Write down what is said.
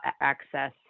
access